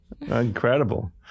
Incredible